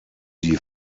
die